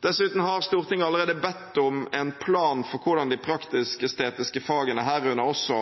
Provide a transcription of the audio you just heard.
Dessuten har Stortinget allerede bedt om en plan for hvordan de praktisk-estetiske fagene, herunder også